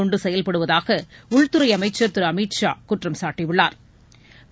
கொண்டு செயல்படுவதாக உள்துறை அமைச்சா் திரு அமித் ஷா குற்றம்சாட்டியுள்ளாா்